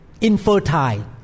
Infertile